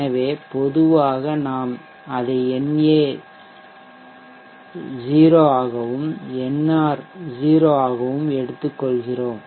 எனவே பொதுவாக நாம் அதை na 0 ஆகவும் nr 0 ஆகவும் எடுத்துக்கொள்கிறோம்